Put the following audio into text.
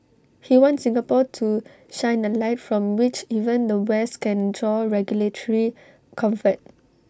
he wants Singapore to shine A light from which even the west can draw regulatory comfort